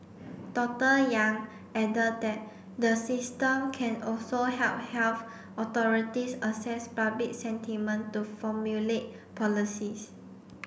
Doctor Yang added that the system can also help health authorities assess public sentiment to formulate policies